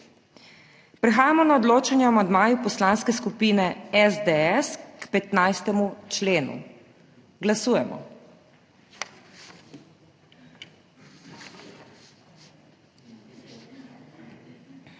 Prehajamo na odločanje o amandmaju Poslanske skupine SDS k 24. členu. Glasujemo.